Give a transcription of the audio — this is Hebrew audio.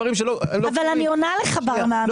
אבל אני עונה לך ברמה המקצועית.